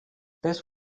this